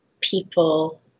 people